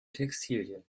textilien